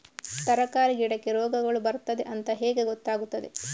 ತರಕಾರಿ ಗಿಡಕ್ಕೆ ರೋಗಗಳು ಬರ್ತದೆ ಅಂತ ಹೇಗೆ ಗೊತ್ತಾಗುತ್ತದೆ?